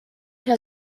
herr